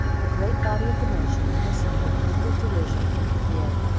the great body of the nation listened with mingled derision and fear.